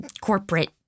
corporate